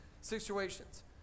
situations